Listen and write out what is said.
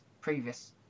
previous